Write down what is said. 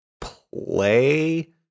play